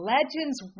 Legends